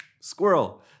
squirrel